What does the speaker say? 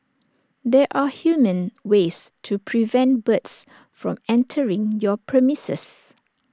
there are humane ways to prevent birds from entering your premises